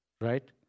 Right